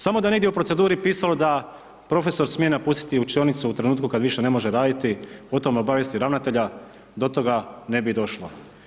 Samo da je negdje u proceduri pisalo da profesor smije napustiti učionicu u trenutku kad više ne može raditi, o tome obavijesti ravnatelja, do toga ne bi došlo.